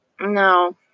No